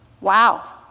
wow